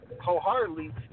wholeheartedly